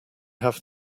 have